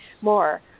more